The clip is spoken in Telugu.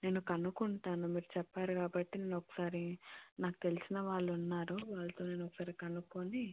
నేను కనుక్కుంటాను మీరు చెప్పారు కాబట్టి నేను ఒకసారి నాకు తెలిసిన వాళ్ళు ఉన్నారు వాళ్ళతో నేను ఒకసారి కనుక్కొని